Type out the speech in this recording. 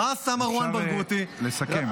אפשר לסכם.